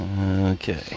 Okay